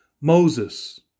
Moses